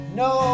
no